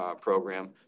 program